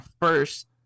first